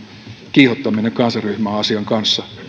kiihottaminen kansanryhmää vastaan asian kanssa